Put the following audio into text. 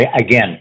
again